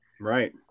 Right